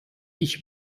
ich